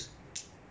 correct